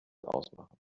ausmachen